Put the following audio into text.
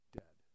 dead